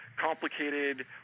complicated